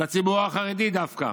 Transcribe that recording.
לציבור החרדי דווקא,